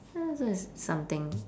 hmm so it's something